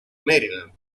maryland